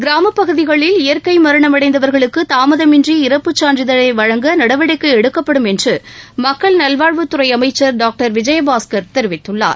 கிராமப்பகுதிகளில் இயற்கை மரணமடைவர்களுக்கு தாமதமின்றி இறப்பு சான்றிதழை வழங்க நடவடிக்கை எடுக்கப்படும் என்று மக்கள் நல்வாழ்வுத்துறை அமைச்சர் டாக்டர் விஜயபாஸ்கர் தெரிவித்துள்ளார்